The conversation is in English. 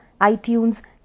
iTunes